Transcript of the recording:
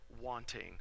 wanting